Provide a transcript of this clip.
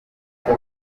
ngo